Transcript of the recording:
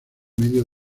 medio